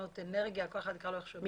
תחנות אנרגיה, כל אחד יקרא לו איך שבא לו.